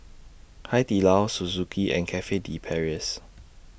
Hai Di Lao Suzuki and Cafe De Paris